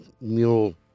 mule